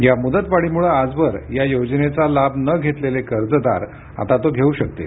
या मुदतवाढीमुळे आजवर या योजनेचा लाभ न घेतलेले कर्जदार आता तो घेऊ शकतील